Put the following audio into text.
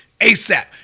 asap